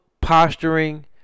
posturing